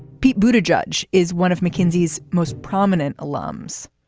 pete bhuta judge is one of mckinsey's most prominent alarms,